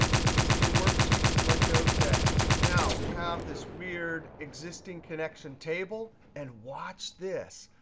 existing worksheet, click ok. now we have this weird existing connection table. and watch this.